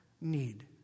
need